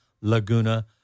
Laguna